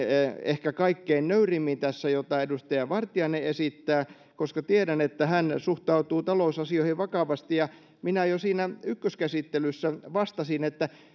ehkä kaikkein nöyrimmin tässä siihen kritiikkiin jota edustaja vartiainen esittää koska tiedän että hän suhtautuu talousasioihin vakavasti minä jo siinä ykköskäsittelyssä vastasin että